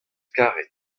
karet